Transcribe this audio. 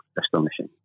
Astonishing